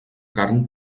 carn